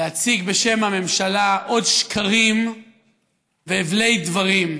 להציג בשם הממשלה עוד שקרים והבלי דברים,